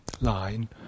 line